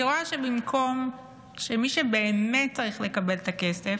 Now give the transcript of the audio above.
אני רואה שבמקום שמי שבאמת צריך יקבל את הכסף,